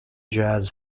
jazz